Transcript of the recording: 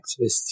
activists